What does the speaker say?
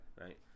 Right